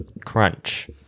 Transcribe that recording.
Crunch